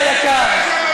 ידידי היקר,